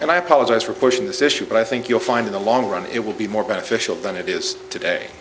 and i apologize for pushing this issue but i think you'll find in the long run it will be more beneficial to do this today